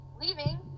leaving